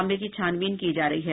मामले की छानबीन की जा रही है